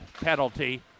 penalty